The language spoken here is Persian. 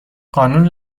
قانون